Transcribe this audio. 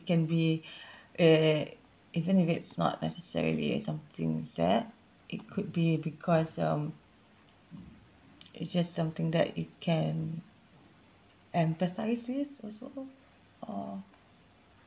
can be uh even if it's not necessarily a something sad it could be because um it's just something that it can empathise with or so uh